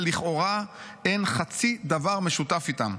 שלכאורה אין חצי דבר משותף איתם,